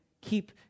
keep